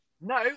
No